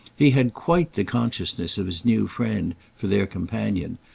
he had quite the consciousness of his new friend, for their companion,